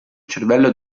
cervello